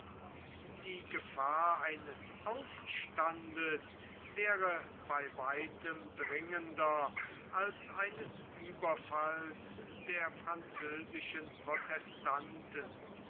die gefahr eines aufstandes wäre bei weitem dringender als eines ueberfalls der französischen protestanten